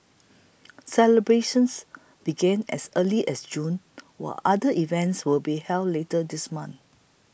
celebrations began as early as June while other events will be held later this month